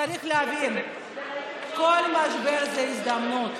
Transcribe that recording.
ואתה, כאחד שהיה יזם,